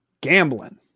Gambling